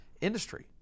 industry